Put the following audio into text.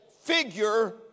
figure